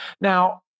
Now